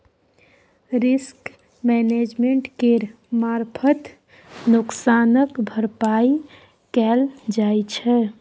risk management केर मारफत नोकसानक भरपाइ कएल जाइ छै